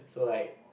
so like